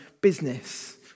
business